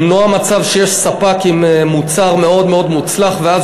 למנוע מצב שיש ספק עם מוצר מאוד מאוד מוצלח ואז